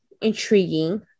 intriguing